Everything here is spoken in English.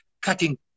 cutting